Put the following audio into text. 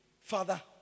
father